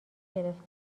گرفتم